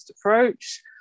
approach